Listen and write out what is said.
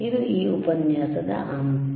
ಇದು ಈ ಉಪನ್ಯಾಸದ ಅಂತ್ಯ